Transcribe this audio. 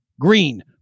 green